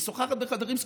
משוחחת בחדרים סגורים.